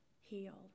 healed